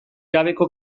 gabeko